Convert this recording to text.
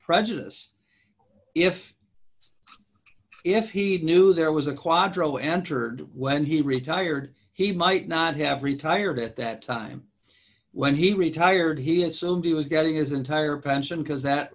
prejudice if if he knew there was a quadro entered when he retired he might not have retired at that time when he retired he assumed he was getting his entire pension because that